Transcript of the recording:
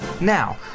Now